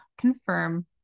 confirm